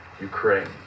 Ukraine